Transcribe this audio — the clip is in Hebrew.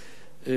אדוני היושב-ראש,